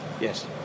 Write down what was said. Yes